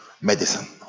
medicine